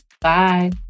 Bye